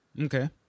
Okay